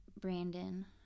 brandon